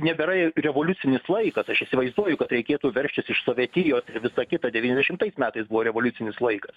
nebėra ir revoliucinis laikas aš įsivaizduoju kad reikėtų veržtis iš sovietijos ir visa kita devyniasdešimtais metais buvo revoliucinis laikas